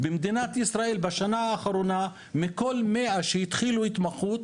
במדינת ישראל בשנה האחרונה מתוך 100 שהתחילו התמחות,